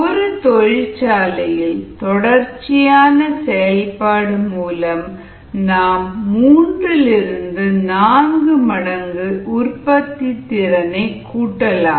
ஒரு தொழிற்சாலையில் தொடர்ச்சியான செயல்பாடு மூலம் நாம் 3 4 மடங்கு உற்பத்தித்திறனை கூட்டலாம்